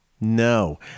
No